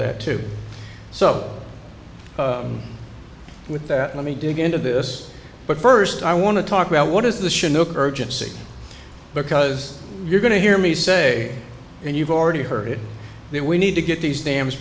that too so with that let me dig into this but first i want to talk about what is the chinook urgency because you're going to hear me say and you've already heard it that we need to get these dams